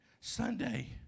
Sunday